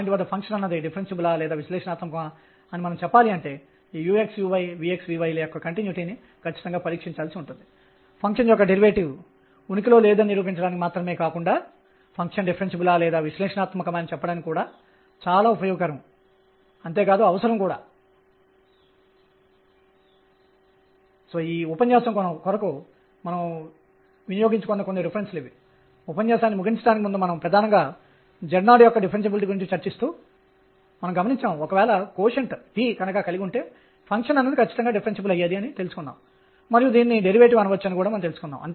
కాబట్టి ఈ ఉపన్యాసాన్ని ముగించడానికి ముందు సంగ్రహంగా చెప్పాలంటే కూలుంబ్ పొటెన్షియల్ ప్రభావంతో సమతలంలో తిరుగుతున్న ఎలక్ట్రాన్కు మనము క్వాంటం నిబంధనలను వర్తింపజేసాము మరియు బోర్ మోడల్ మాదిరిగానే ఎనర్జీ అనేది 1 n2 కి అనులోమానుపాతంలో ఉంటుందని మనం కనుగొన్నాము